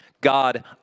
God